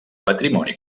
patrimoni